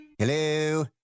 Hello